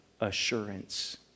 assurance